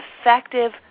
effective